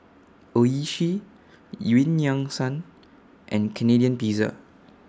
Oishi EU Yan Sang and Canadian Pizza